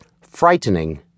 frightening